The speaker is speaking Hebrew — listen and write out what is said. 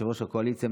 יושב-ראש הקואליציה,